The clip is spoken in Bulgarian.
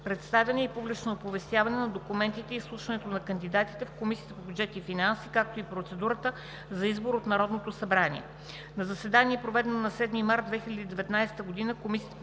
представяне и публично оповестяване на документите и изслушването на кандидата в Комисията по бюджет и финанси, както и процедурата за избор от Народното събрание На заседание, проведено на 7 март 2019 г., Комисията по